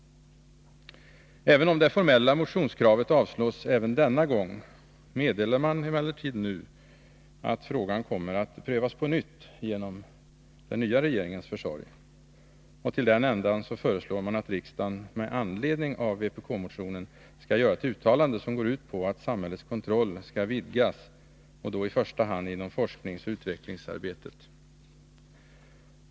Även om det formella motionskravet avslås också denna gång, meddelar utskottsmajoriteten att frågan kommer att prövas på nytt genom den nya regeringens försorg. Och till den ändan föreslås att riksdagen med anledning av vpk-motionen skall göra ett uttalande, som går ut på att samhällets kontroll skall vidgas, i första hand inom forskningsoch utvecklingsarbetet.